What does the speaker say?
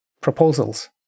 proposals